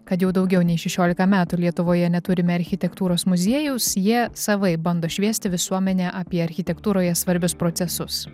kad jau daugiau nei šešiolika metų lietuvoje neturime architektūros muziejaus jie savaip bando šviesti visuomenę apie architektūroje svarbius procesus